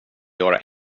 göra